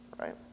right